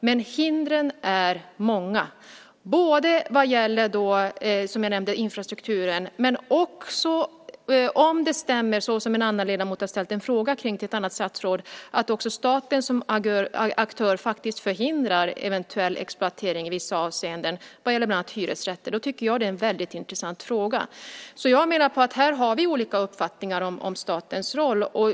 Men hindren är många, vad gäller både infrastrukturen, som jag nämnde, och bestämmelserna - som en annan ledamot har ställt en fråga om till ett annat statsråd - som innebär att staten som aktör förhindrar eventuell exploatering i vissa avseenden, för bland annat hyresrätter. Då tycker jag att det är en väldigt intressant fråga. Här har vi olika uppfattningar om statens roll.